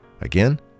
Again